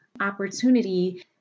opportunity